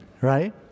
right